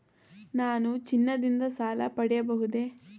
ನಾನು ಚಿನ್ನದಿಂದ ಸಾಲ ಪಡೆಯಬಹುದೇ?